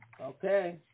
Okay